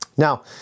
Now